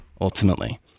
ultimately